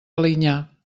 alinyà